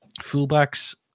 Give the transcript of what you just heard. Fullbacks